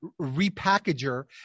repackager